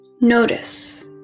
Notice